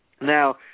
Now